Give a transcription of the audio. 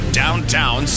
downtown